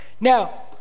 now